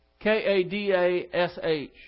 K-A-D-A-S-H